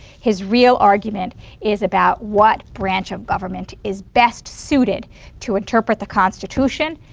his real argument is about what branch of government is best suited to interpret the constitution.